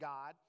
God